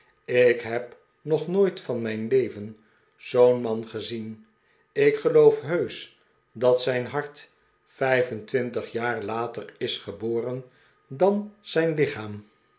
ik heb nog nooit van mijn leven zoo'n man gezien ik geloof heusch dat zijn hart vijf en twintig jaar later is geboren dan zijn lichaam